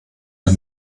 dir